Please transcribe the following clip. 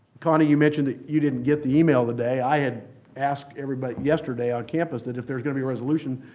connie, you mentioned that you didn't get the e-mail today. i had asked everybody yesterday on campus that if there's going to be a resolution,